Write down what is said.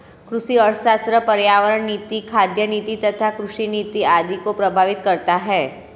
कृषि अर्थशास्त्र पर्यावरण नीति, खाद्य नीति तथा कृषि नीति आदि को प्रभावित करता है